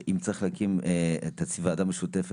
שאם צריך להקים תעשי ועדה משותפת,